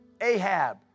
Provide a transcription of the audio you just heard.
Ahab